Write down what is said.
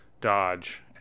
dodge